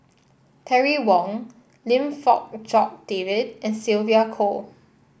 Terry Wong Lim Fong Jock David and Sylvia Kho